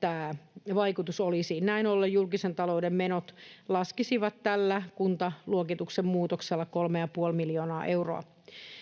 tämä vaikutus olisi. Näin ollen julkisen talouden menot laskisivat tällä kuntaluokituksen muutoksella kolme ja puoli